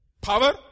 power